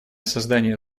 создание